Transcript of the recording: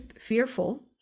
fearful